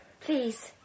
please